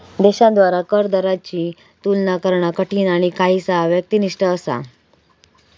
देशांद्वारा कर दरांची तुलना करणा कठीण आणि काहीसा व्यक्तिनिष्ठ असा